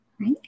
right